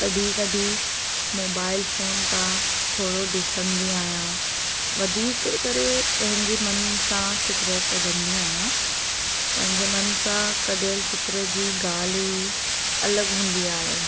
कॾहिं कॾहिं mobile phone तां थोरो ॾिसंदी आहियां वधीक करे पंहिंजे मन सां चित्र कढंदी आहियां पंहिंजे मन सां कढियल चित्र जी ॻाल्हि ई अलॻि हूंदी आहे